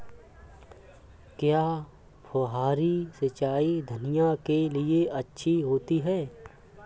क्या फुहारी सिंचाई धनिया के लिए अच्छी होती है?